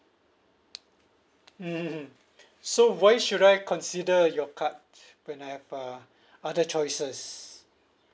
mm mm mm so why should I consider your card when I have uh other choices